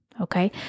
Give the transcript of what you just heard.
Okay